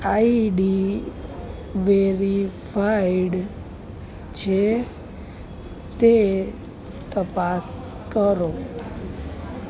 ID verified છે તે તપાસ કરો